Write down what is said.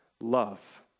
love